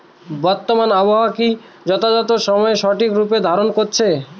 বর্তমানে আবহাওয়া কি যথাযথ সময়ে সঠিক রূপ ধারণ করছে?